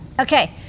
okay